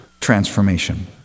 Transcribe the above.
transformation